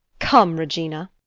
come, regina.